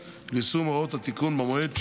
ליישום הוראות התיקון במועד שנקבע.